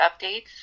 updates